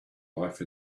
life